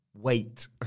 Wait